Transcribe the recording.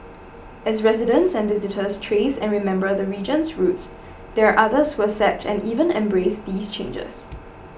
as residents and visitors trace and remember the region's roots there are others who accept and even embrace these changes